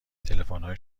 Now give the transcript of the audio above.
تلفنهای